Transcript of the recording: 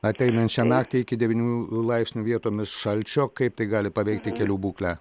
ateinančią naktį iki devynių laipsnių vietomis šalčio kaip tai gali paveikti kelių būklę